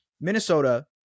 Minnesota